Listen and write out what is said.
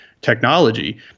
technology